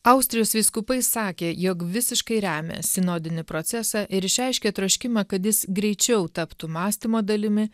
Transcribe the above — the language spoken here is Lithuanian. austrijos vyskupai sakė jog visiškai remia sinodinį procesą ir išreiškė troškimą kad jis greičiau taptų mąstymo dalimi